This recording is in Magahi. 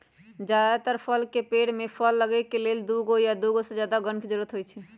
जदातर फल के पेड़ में फल लगे के लेल दुगो या दुगो से जादा गण के जरूरत होई छई